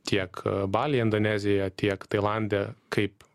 tiek balyje indonezijoje tiek tailande kaip